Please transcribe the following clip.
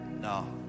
no